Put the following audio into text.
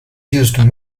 used